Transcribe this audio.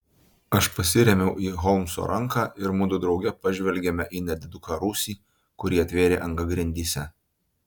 aš pasirėmiau į holmso ranką ir mudu drauge pažvelgėme į nediduką rūsį kurį atvėrė anga grindyse